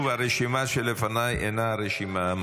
תביא לו את הרשימה.